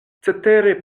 cetere